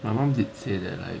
my mum did say that like